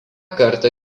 kartą